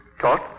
Taught